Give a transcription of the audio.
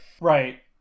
Right